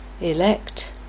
Elect